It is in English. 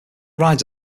rides